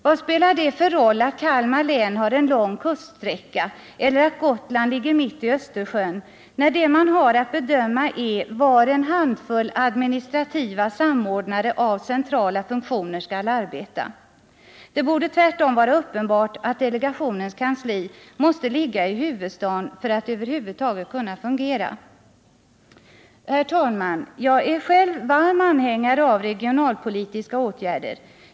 Vad spelar det för roll att Kalmar län har en lång kuststräcka eller att Gotland ligger mitt i Östersjön, när det man har att bedöma är var en handfull administrativa samordnare av centrala funktioner skall arbeta. Det borde tvärtom vara uppenbart att delegationens kansli måste ligga i huvudstaden för att över huvud taget kunna fungera. Herr talman! Jag är själv varm anhängare av regionalpolitiska åtgärder.